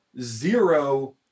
zero